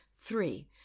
Three